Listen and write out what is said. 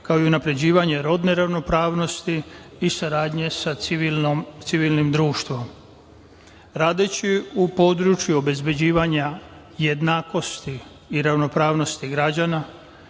kao i unapređivanje rodne ravnopravnosti i saradnje sa civilnim društvom. Radeći u području obezbeđivanja jednakosti i ravnopravnosti građana,